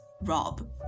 Rob